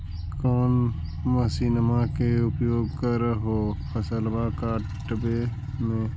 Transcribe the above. कौन मसिंनमा के उपयोग कर हो फसलबा काटबे में?